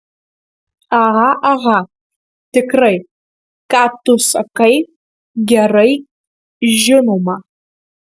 aha aha tikrai ką tu sakai gerai žinoma